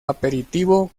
aperitivo